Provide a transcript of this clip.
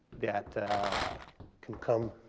that can come,